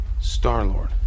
Star-Lord